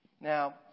Now